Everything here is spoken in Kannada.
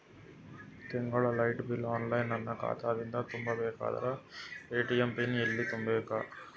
ತಿಂಗಳ ಲೈಟ ಬಿಲ್ ಆನ್ಲೈನ್ ನನ್ನ ಖಾತಾ ದಿಂದ ತುಂಬಾ ಬೇಕಾದರ ಎ.ಟಿ.ಎಂ ಪಿನ್ ಎಲ್ಲಿ ತುಂಬೇಕ?